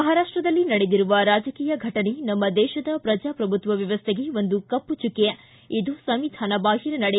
ಮಹಾರಾಷ್ಟದಲ್ಲಿ ನಡೆದಿರುವ ರಾಜಕೀಯ ಘಟನೆ ನಮ್ಮ ದೇಶದ ಪ್ರಜಾಪ್ರಭುತ್ವ ವ್ಯವಸ್ಥೆಗೆ ಒಂದು ಕಪ್ಪು ಚುಕ್ಕೆ ಇದು ಸಂವಿಧಾನ ಬಾಹಿರ ನಡೆ